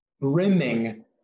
brimming